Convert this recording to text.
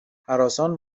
هراسان